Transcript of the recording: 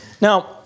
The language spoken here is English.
Now